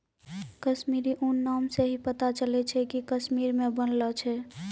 कश्मीरी ऊन नाम से ही पता चलै छै कि कश्मीर मे बनलो छै